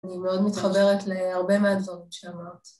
אני מאוד מתחברת להרבה מהדברים שאמרת.